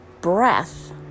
breath